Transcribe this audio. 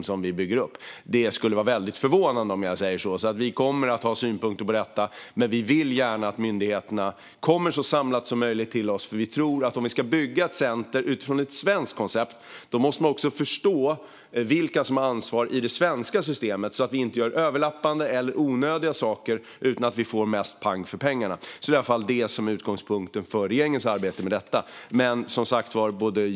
Det skulle vara mycket förvånande. Vi kommer att ha synpunkter, men vi vill gärna att myndigheterna kommer så samlat som möjligt till oss. Om vi ska bygga ett center utifrån ett svenskt koncept måste vi förstå vilka som har ansvar i det svenska systemet, så att det inte görs överlappande eller onödiga saker utan att vi i stället får mest "pang" för pengarna. Det är i alla fall utgångspunkten för regeringens arbete med dessa frågor.